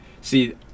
See